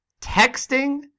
texting